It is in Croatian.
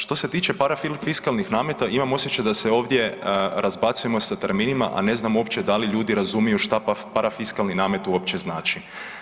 Što se tiče parafiskalnih nameta, imam osjećaj da se ovdje razbacujemo sa terminima, a ne znamo uopće da li ljudi razumiju šta parafiskalni namet uopće znači.